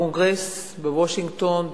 בקונגרס בוושינגטון,